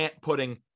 putting